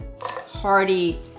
hearty